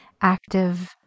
active